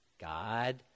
God